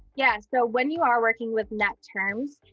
yeah, so when you are working with net terms,